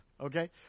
Okay